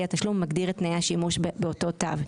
התשלום מגדיר את תנאי השימוש באותו תו.